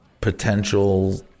potential